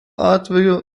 atveju